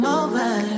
over